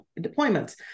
deployments